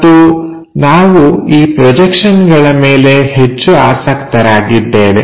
ಮತ್ತು ನಾವು ಈ ಪ್ರೊಜೆಕ್ಷನ್ಗಳ ಮೇಲೆ ಹೆಚ್ಚು ಆಸಕ್ತರಾಗಿದ್ದೇವೆ